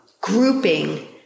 grouping